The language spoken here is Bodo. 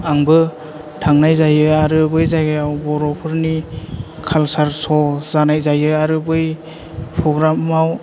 आंबो थांनाय जायो आरो बै जायगायाव बर'फोरनि कालसार स' जानाय जायो आरो बै पग्रामाव